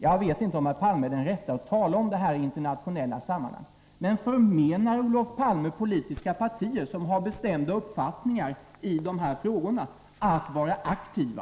Jag vet inte om herr Palme är den rätte att tala om det här i internationella sammanhang. Förmenar Olof Palme politiska partier som har bestämda uppfattningar i dessa frågor att vara aktiva?